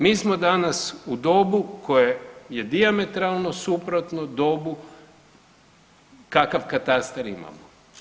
Mi smo danas u dobu koje je dijametralno suprotno dobu kakav katastar imamo.